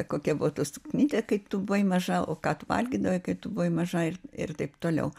kokia buvo ta suknytė kai tu buvai maža o ką tų valgydavai kai tu buvai maža ir ir taip toliau